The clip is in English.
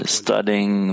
studying